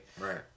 right